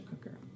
cooker